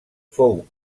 fou